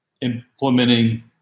implementing